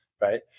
right